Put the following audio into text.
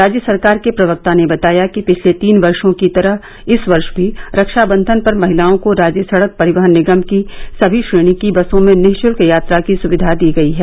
राज्य सरकार के प्रवक्ता ने बताया कि पिछले तीन वर्षो की तरह इस वर्ष भी रक्षाबंधन पर महिलाओं को राज्य सडक परिवहन निगम की सभी श्रेणी की बसों में निःशुल्क यात्रा की सुविधा दी गई है